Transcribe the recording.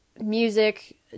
music